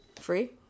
Free